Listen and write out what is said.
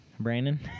Brandon